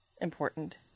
important